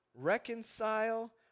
reconcile